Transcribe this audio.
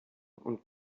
und